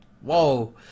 whoa